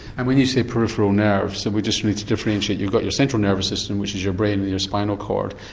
and when you say peripheral nerve, we just need to differentiate that you've got your central nervous system, which is your brain and your spinal cord,